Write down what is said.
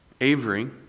Avery